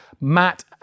Matt